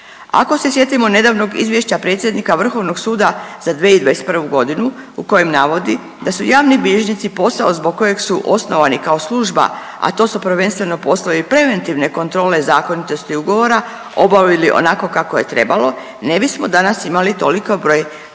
Ako se sjetimo nedavnog izvješća predsjednika Vrhovnog suda za 2021. godinu u kojem navodi da su javni bilježnici posao zbog kojeg su osnovani kao služba, a to su prvenstveno poslovi preventivne kontrole i zakonitosti ugovora obavili onako kako je trebalo ne bismo danas imali toliki broj